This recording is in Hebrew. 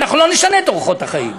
אנחנו לא נשנה את אורחות החיים.